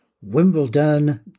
Wimbledon